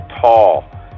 tall